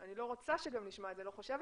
אני לא רוצה שגם נשמע את זה ולא חושבת